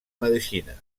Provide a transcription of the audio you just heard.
medicina